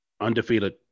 Undefeated